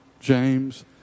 James